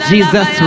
Jesus